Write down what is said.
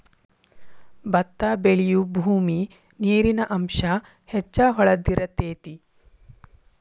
ಬತ್ತಾ ಬೆಳಿಯುಬೂಮಿ ನೇರಿನ ಅಂಶಾ ಹೆಚ್ಚ ಹೊಳದಿರತೆತಿ